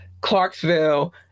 Clarksville